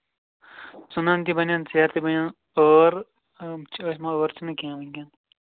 ژٕنَن تہِ بنَن ژیرٕ تہِ بنَن ٲر چھِ مگر ٲر چھِنہٕ کیٚنٛہہ وُنکٮ۪ن